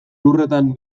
lurretan